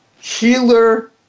healer